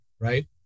right